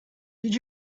did